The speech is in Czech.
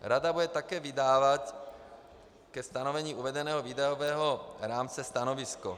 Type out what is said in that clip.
Rada bude také vydávat ke stanovení uvedeného výdajového rámce stanovisko.